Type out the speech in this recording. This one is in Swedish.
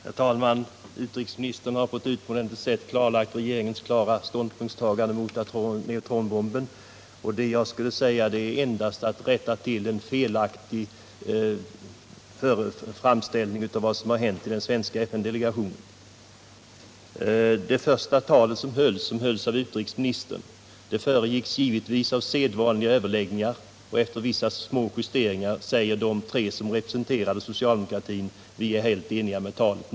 Herr talman! Utrikesministern har på ett utomordentligt sätt klarlagt regeringens klara ståndpunktstagande mot neutronbomben. Jag skall endast rätta till en felaktig framställning av vad som hänt i den svenska FN-delegationen. Det första talet som hölls av utrikesministern föregicks givetvis av sedvanliga överläggningar och efter vissa små justeringar sade de tre som representerade socialdemokratin att de var helt eniga med talet.